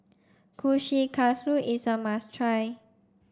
Kushikatsu is a must try